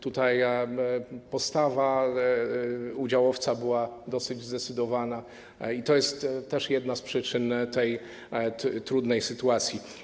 Tutaj postawa udziałowca była dosyć zdecydowana i to jest też jedna z przyczyn tej trudnej sytuacji.